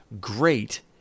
Great